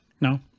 No